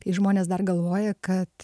kai žmonės dar galvoja kad